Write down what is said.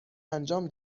انجام